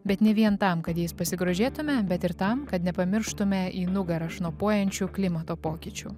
bet ne vien tam kad jais pasigrožėtume bet ir tam kad nepamirštume į nugarą šnopuojančių klimato pokyčių